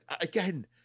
again